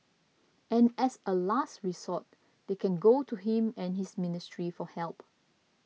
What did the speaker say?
and as a last rethought they can go to him and his ministry for help